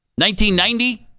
1990